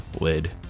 lid